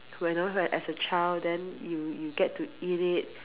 when I as a child then you you get to eat it